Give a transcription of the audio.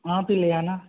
आप ही ले आना